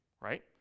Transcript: right